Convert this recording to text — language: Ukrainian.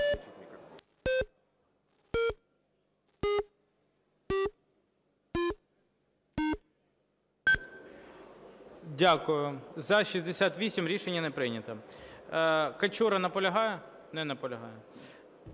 Дякую. За – 68. Рішення не прийнято. Качура наполягає? Не наполягає.